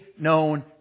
known